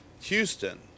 Houston